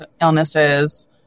illnesses